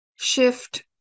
shift